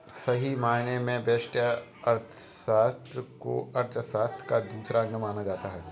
सही मायने में व्यष्टि अर्थशास्त्र को अर्थशास्त्र का दूसरा अंग माना जाता है